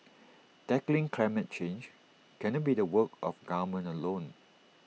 tackling climate change cannot be the work of government alone